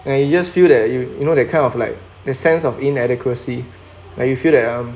and you just feel that you you know that kind of like the sense of inadequacy like you feel that um